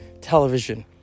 television